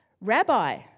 Rabbi